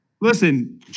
Listen